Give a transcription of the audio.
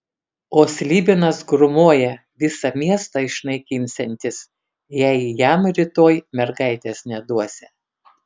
o slibinas grūmoja visą miestą išnaikinsiantis jei jam rytoj mergaitės neduosią